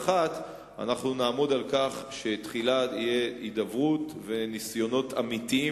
נעמוד על כך שתחילה תהיה הידברות ויהיו ניסיונות אמיתיים